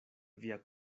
via